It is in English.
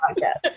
podcast